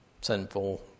sinful